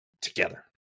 together